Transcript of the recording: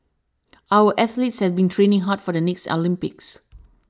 our athletes have been training hard for the next Olympics